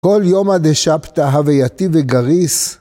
כל יום עד השבתה הווייתי וגריס